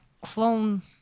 clone